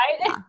right